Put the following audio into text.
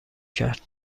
کرد